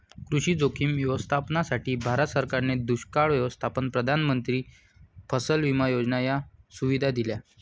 कृषी जोखीम व्यवस्थापनासाठी, भारत सरकारने दुष्काळ व्यवस्थापन, प्रधानमंत्री फसल विमा योजना या सुविधा दिल्या